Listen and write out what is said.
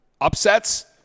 Upsets